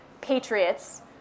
patriots